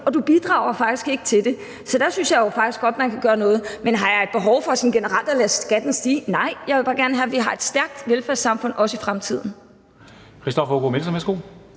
ikke bidrager til det. Så der synes jeg jo godt, man kan gøre noget. Men har jeg et behov for sådan generelt at lade skatten stige? Nej, jeg vil bare gerne have, at vi har et stærkt velfærdssamfund, også i fremtiden. Kl. 14:49 Formanden (Henrik